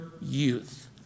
youth